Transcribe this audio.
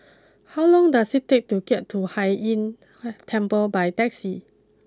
how long does it take to get to Hai Inn Temple by taxi